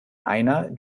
einer